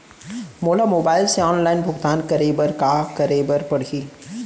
मोला मोबाइल से ऑनलाइन भुगतान करे बर का करे बर पड़ही?